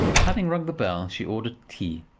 having rung the bell, she ordered tea.